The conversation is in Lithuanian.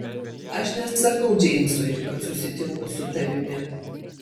aš nesakau džeimsui kad susitinku su tavimi